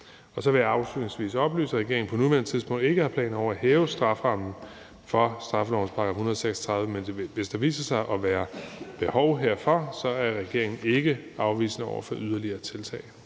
Så vil jeg afslutningsvis oplyse, at regeringen på nuværende tidspunkt ikke har planer om at hæve strafferammen for straffelovens § 136, men hvis der viser sig at være behov herfor, er regeringen ikke afvisende over for yderligere tiltag.